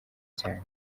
cyane